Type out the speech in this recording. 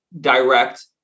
direct